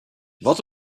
wat